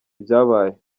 ibyabaye